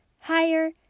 higher